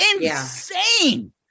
Insane